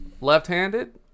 left-handed